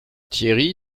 thierry